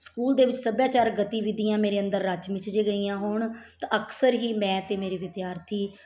school ਦੇ ਵਿੱਚ ਸੱਭਿਆਚਾਰ ਗਤੀਵਿਧੀਆਂ ਮੇਰੇ ਅੰਦਰ ਰਚ ਮਿਚ ਜੇ ਗਈਆਂ ਹੋਣ ਤਾਂ ਅਕਸਰ ਹੀ ਮੈਂ ਅਤੇ ਮੇਰੇ ਵਿਦਿਆਰਥੀ